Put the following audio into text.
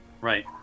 Right